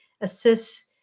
assists